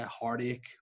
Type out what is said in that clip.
heartache